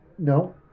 No